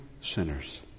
sinners